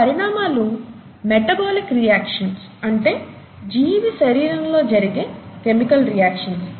ఈ పరిణామాలు metabolic reactions అంటే జీవి శరీరంలో జరిగే కెమికల్ రియాక్షన్స్